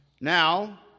Now